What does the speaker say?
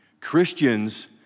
Christians